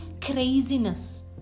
craziness